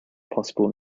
possible